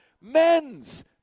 men's